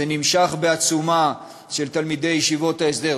זה נמשך בעצומה של תלמידי ישיבות ההסדר,